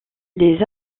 les